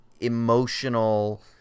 emotional